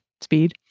speed